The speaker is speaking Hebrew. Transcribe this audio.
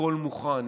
הכול מוכן.